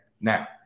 now